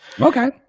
Okay